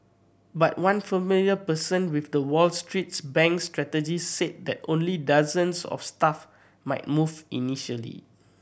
but one familiar person with the Wall Street bank's strategy said that only dozens of staff might move initially